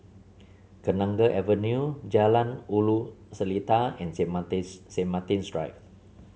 Kenanga Avenue Jalan Ulu Seletar and Saint Martin's Saint Martin's Drive